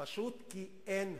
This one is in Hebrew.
פשוט כי אין הרתעה.